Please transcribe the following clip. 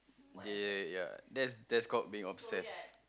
ya ya ya that's that's called being obsessed